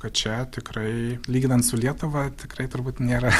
kad čia tikrai lyginant su lietuva tikrai turbūt nėra